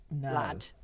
lad